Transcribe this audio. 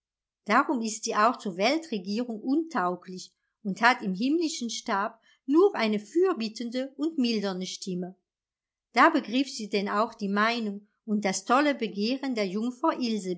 darum ist sie auch zur weltregierung untauglich und hat im himmlischen stab nur eine fürbittende und mildernde stimme da begriff sie denn auch die meinung und das tolle begehren der